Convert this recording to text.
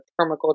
permaculture